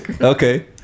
okay